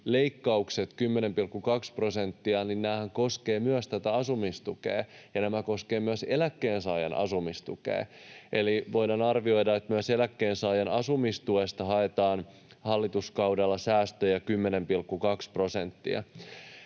indeksileikkauksethan, 10,2 prosenttia, koskevat myös tätä asumistukea ja nämä koskevat myös eläkkeensaajan asumistukea. Eli voidaan arvioida, että myös eläkkeensaajan asumistuesta haetaan hallituskaudella säästöjä 10,2 prosenttia.